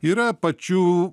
yra pačių